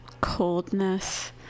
coldness